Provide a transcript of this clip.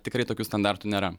tikrai tokių standartų nėra